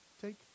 take